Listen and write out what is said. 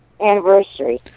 anniversary